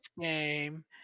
game